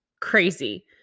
Crazy